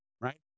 right